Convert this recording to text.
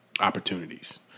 opportunities